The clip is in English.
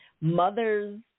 Mothers